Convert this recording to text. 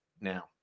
now